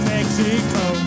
Mexico